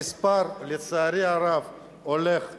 המספר, לצערי הרב, הולך וגדל,